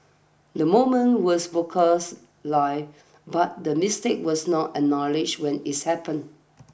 the moment was broadcast live but the mistake was not acknowledged when is happened